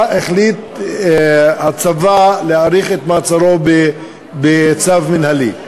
החליט הצבא להאריך את מעצרו בצו מינהלי,